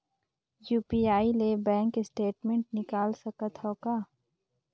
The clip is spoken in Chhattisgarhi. यू.पी.आई ले बैंक स्टेटमेंट निकाल सकत हवं का?